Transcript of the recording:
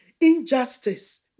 injustice